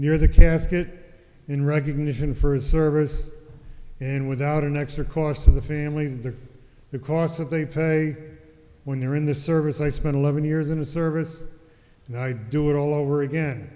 near the casket in recognition for his service and without an extra cost to the family the the costs of they pay when they are in the service i spent eleven years in the service and i do it all over again